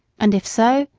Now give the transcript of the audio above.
and if so,